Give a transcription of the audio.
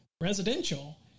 residential